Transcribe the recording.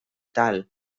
tal